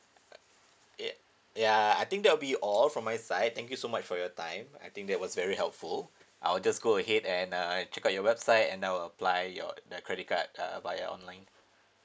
uh ya ya I think that will be all from my side thank you so much for your time I think that was very helpful I'll just go ahead and uh check out your website and I will apply your the credit card uh via online